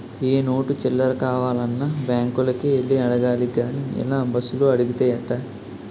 ఏ note చిల్లర కావాలన్నా బాంకులకే యెల్లి అడగాలి గానీ ఇలా బస్సులో అడిగితే ఎట్టా